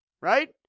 right